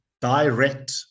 direct